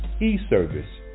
e-service